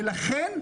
לכן,